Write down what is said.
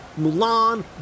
Mulan